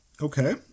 Okay